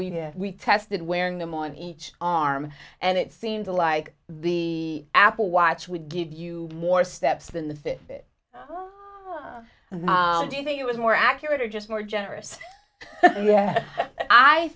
we're we tested wearing them on each arm and it seemed like the apple watch would give you more steps than the fit do you think it was more accurate or just more generous yeah i